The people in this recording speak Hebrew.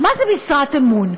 מה זו משרת אמון?